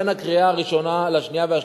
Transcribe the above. בין הקריאה הראשונה לשנייה והשלישית,